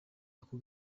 ako